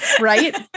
Right